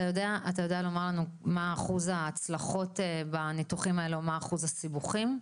אתה יודע לומר לנו מה אחוז ההצלחות בניתוחים האלה ומה אחוז הסיבוכים?